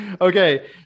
okay